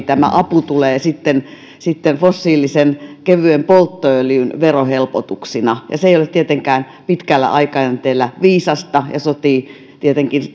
tämä apu tulee sitten sitten fossiilisen kevyen polttoöljyn verohelpotuksina ja se ei ole tietenkään pitkällä aikajänteellä viisasta ja sotii tietenkin